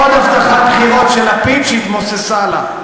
עוד הבטחת בחירות של לפיד שהתמוססה לה.